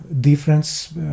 difference